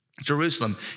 Jerusalem